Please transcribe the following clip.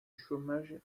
chômage